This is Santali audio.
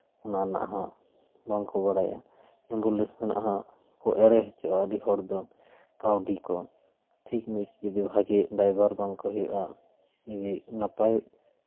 ᱚᱱᱟ ᱨᱮᱱᱟᱜ ᱦᱚᱸ ᱵᱟᱝ ᱠᱚ ᱵᱟᱲᱟᱭᱟ ᱮᱢᱵᱩᱞᱮᱱᱥ ᱨᱮᱱᱟᱜ ᱦᱚᱸ ᱠᱚ ᱮᱲᱮ ᱦᱚᱪᱚᱜᱼᱟ ᱟᱹᱰᱤ ᱦᱚᱲ ᱫᱚ ᱠᱟᱹᱣᱰᱤ ᱠᱚ ᱴᱷᱤᱠ ᱢᱤᱫ ᱡᱩᱫᱤ ᱵᱷᱟᱜᱤ ᱰᱨᱟᱭᱵᱷᱟᱨ ᱵᱟᱝᱠᱚ ᱦᱩᱭᱩᱜᱼᱟ ᱡᱩᱫᱤ ᱱᱟᱯᱟᱭ